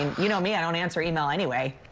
you know me, i don't answer email anyway.